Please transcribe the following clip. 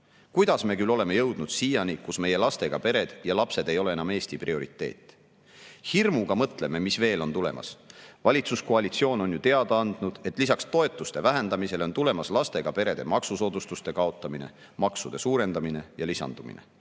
Kuidas me küll oleme jõudnud siiani, kus meie lastega pered ja lapsed ei ole enam Eesti prioriteet? Hirmuga mõtleme, mis veel on tulemas. Valitsuskoalitsioon on ju teada andnud, et lisaks toetuste vähendamisele on tulemas lastega perede maksusoodustuste kaotamine, maksude suurendamine ja lisandumine.